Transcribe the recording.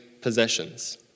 possessions